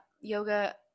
Yoga